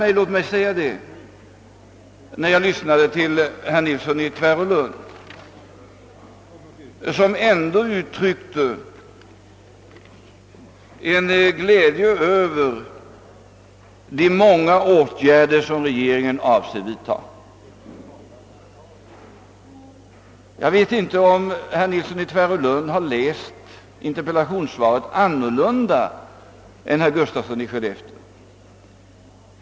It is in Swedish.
Det gladde mig att herr Nilsson i Tvärålund uttryckte tillfredsställelse över de många åtgärder som regeringen avser vidta. Jag vet inte om herr Nilsson i Tvärålund har läst interpellationssvaret annorlunda än herr Gustafsson i Skellefteå.